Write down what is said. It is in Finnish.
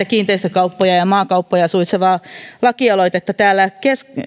kiinteistökauppoja ja maakauppoja suitsivaa lakialoitetta täällä